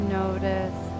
notice